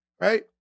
right